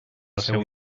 seu